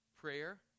Prayer